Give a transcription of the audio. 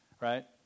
right